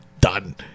done